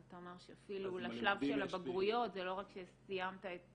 אז אתה אומר שאפילו לשלב של הבגרויות זה לא רק שסיימת את